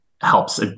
helps